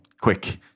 quick